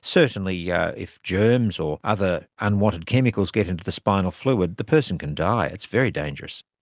certainly yeah if germs or other unwanted chemicals get into the spinal fluid, the person can die. it's very dangerous.